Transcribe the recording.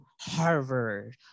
Harvard